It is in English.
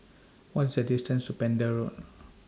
What IS The distance to Pender Road